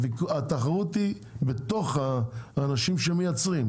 התחרות היא בתוך האנשים שמייצרים.